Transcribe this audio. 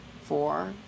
four